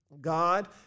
God